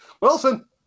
Wilson